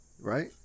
Right